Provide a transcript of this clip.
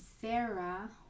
sarah